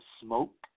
smoke